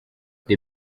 the